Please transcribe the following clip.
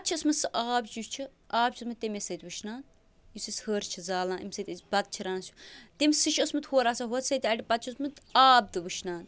پَتہٕ چھُ اوسمُت سُہ آب یُس چھُ آب چھُ اوسمُت تَمے سۭتۍ وُشنان یُس أسۍ ہَر چھِ زالان ییٚمہِ سۭتۍ أسۍ بَتہٕ چھِ رَنان چھِ تٔمِس سٍتۍ چھُ اوسمُت ہورٕ آسان پَتہٕ چھُ اوسمُت آب وُشنان